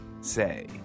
Say